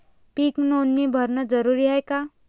पीक नोंदनी भरनं जरूरी हाये का?